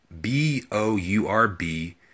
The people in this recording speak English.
B-O-U-R-B